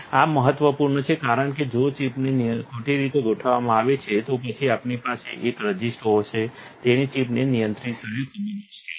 આ મહત્વપૂર્ણ છે કારણ કે જો ચિપને ખોટી રીતે ગોઠવવામાં આવે છે તો પછી આપણી પાસે એક રઝિસ્ટ હશે તેથી ચિપને નિયંત્રિત કરવી ખૂબ જ મુશ્કેલ છે